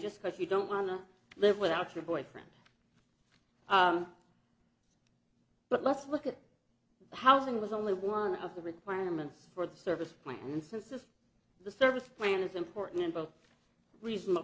just because you don't wanna live without your boyfriend but let's look at housing was only one of the requirements for the service plan consists the service plan is important and both reasonable